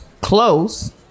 Close